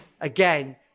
again